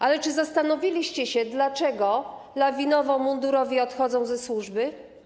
Ale czy zastanowiliście się, dlaczego lawinowo mundurowi odchodzą ze służby?